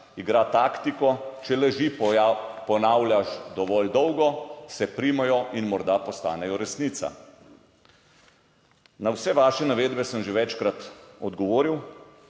igra taktiko, če laži, ponavljaš dovolj dolgo, se primejo in morda postanejo resnica. Na vse vaše navedbe sem že večkrat odgovoril